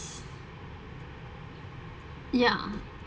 ya